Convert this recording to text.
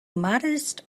modest